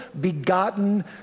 begotten